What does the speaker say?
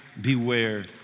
beware